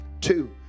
Two